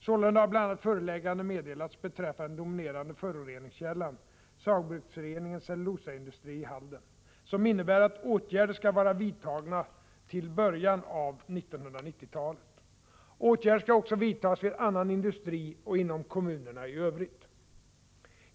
Sålunda har bl.a. föreläggande meddelats beträffande den dominerande föroreningskällan, Saugbrugsforeningens cellulosaindustri i Halden, som innebär att åtgärder skall vara vidtagna till början av 1990-talet. Åtgärder skall också vidtas vid annan industri och inom kommunerna i Övrigt.